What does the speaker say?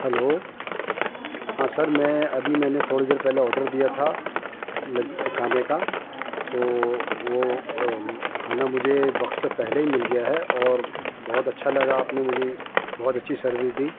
hello ہاں sir میں ابھی میں نے تھوڑی دیر پہلے آڈر دیا تھا کھانے کا تو وہ کھانا مجھے وقت سے پہلے ہی مل گیا ہے اور بہت اچھا لگا آپ نے مجھے بہت اچھی سروس دی